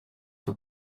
for